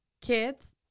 kids